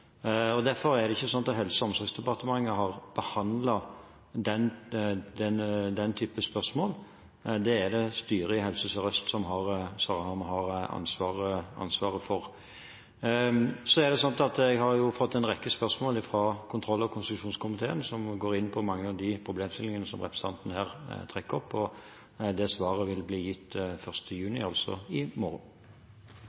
Derfor er det ikke sånn at Helse- og omsorgsdepartementet har behandlet den typen spørsmål. Det er det styret i Helse Sør-Øst som har ansvaret for. Jeg har fått en rekke spørsmål fra kontroll- og konstitusjonskomiteen som går inn på mange av de problemstillingene som representanten her trekker opp. Det svaret vil bli gitt